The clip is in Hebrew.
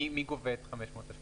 מי גובה את 500 השקלים,